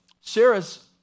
sarah's